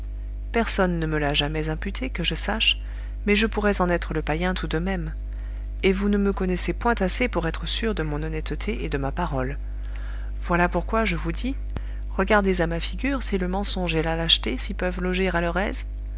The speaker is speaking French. personne ne me l'a jamais imputé que je sache mais je pourrais en être le païen tout de même et vous ne me connaissez point assez pour être sûre de mon honnêteté et de ma parole voilà pourquoi je vous dis regardez à ma figure si le mensonge et la lâcheté s'y peuvent loger